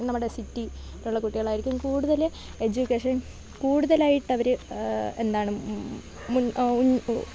നമ്മുടെ സിറ്റി ഉള്ള കുട്ടികളായിരിക്കും കൂടുതൽ എജ്യൂക്കേഷൻ കൂടുതലായിട്ട് അവർ എന്താണ് മുൻ